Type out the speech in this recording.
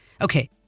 Okay